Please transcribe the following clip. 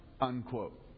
unquote